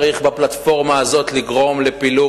בפלטפורמה הזאת לא צריך לגרום לפילוג